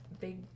big